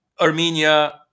Armenia